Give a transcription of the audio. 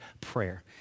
prayer